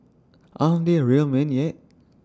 aren't they real men yet